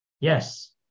Yes